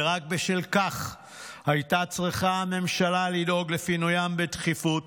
ורק בשל כך הייתה צריכה הממשלה לדאוג לפינוים בדחיפות,